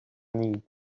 need